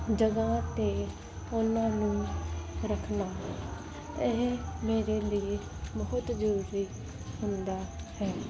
ਜਗ੍ਹਾ 'ਤੇ ਉਹਨਾਂ ਨੂੰ ਰੱਖਣਾ ਇਹ ਮੇਰੇ ਲਈ ਬਹੁਤ ਜ਼ਰੂਰੀ ਹੁੰਦਾ ਹੈ